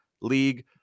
league